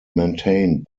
maintained